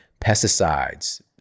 pesticides